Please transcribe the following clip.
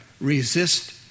resist